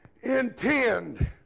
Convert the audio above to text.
intend